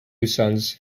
sons